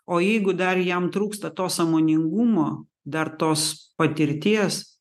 o jeigu dar jam trūksta to sąmoningumo dar tos patirties